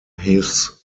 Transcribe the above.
his